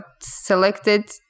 selected